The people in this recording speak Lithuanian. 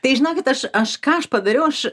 tai žinokit aš aš ką aš padariau aš